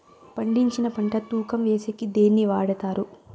పండించిన పంట తూకం వేసేకి దేన్ని వాడతారు?